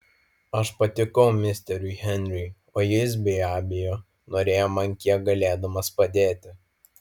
aš patikau misteriui henriui o jis be abejo norėjo man kiek galėdamas padėti